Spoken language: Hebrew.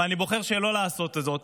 אבל אני בוחר שלא לעשות זאת,